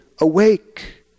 Awake